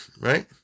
right